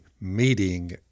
meeting